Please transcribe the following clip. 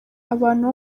abantu